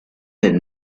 del